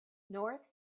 north